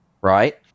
right –